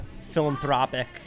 philanthropic